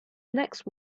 next